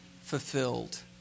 fulfilled